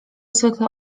zwykle